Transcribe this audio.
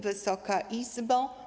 Wysoka Izbo!